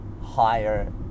higher